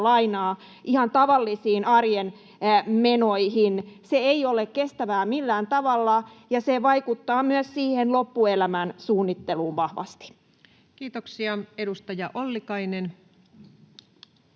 ihan tavallisiin arjen menoihin. Se ei ole kestävää millään tavalla, ja se vaikuttaa myös siihen loppuelämän suunnitteluun vahvasti. [Speech 13] Speaker: Ensimmäinen